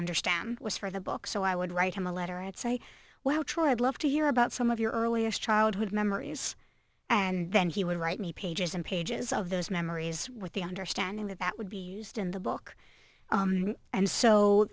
understand was for the book so i would write him a letter and say well try love to hear about some of your earliest childhood memories and then he would write me pages and pages of those memories with the understanding that that would be used in the book and so